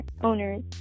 owners